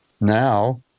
now